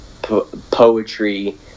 poetry